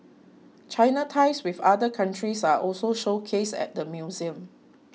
China ties with other countries are also showcased at the museum